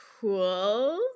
cool